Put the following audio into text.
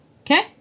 Okay